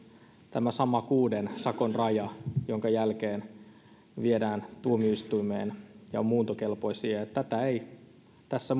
tämä sama kuuden sakon raja jonka jälkeen ne viedään tuomioistuimeen ja ovat muuntokelpoisia ja tätä rajaa ei tässä